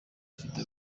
rufite